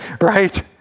Right